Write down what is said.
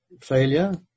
failure